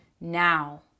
now